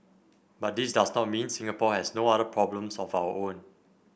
but this does not mean Singapore has no other problems of our own